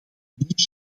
niet